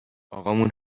اقامون